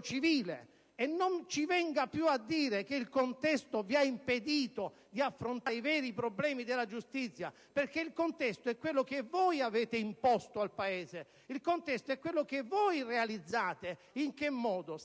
civile. Non ci venga più a dire che il contesto vi ha impedito di affrontare i veri problemi della giustizia, perché il contesto è quello che voi avete imposto al Paese. Il contesto è quello che voi realizzate. In che modo?